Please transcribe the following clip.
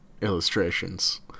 illustrations